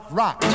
rock